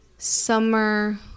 summer